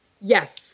Yes